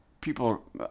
people